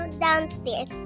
downstairs